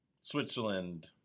Switzerland